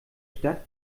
stadt